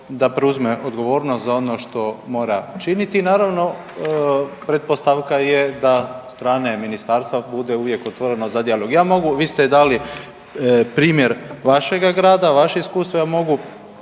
da preuzme odgovornost za ono što mora činiti i naravno pretpostavka je strane ministarstva bude uvijek otvoreno za dijalog. Vi ste dali primjer vašega grada, vaše iskustvo, ja mogu